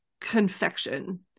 confection